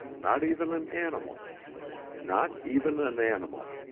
not even an animal not even an animal.